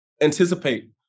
anticipate